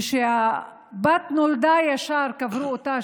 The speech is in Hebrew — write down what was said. קדם-האסלאם,) כשהבת נולדה ישר קברו אותה,